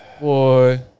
boy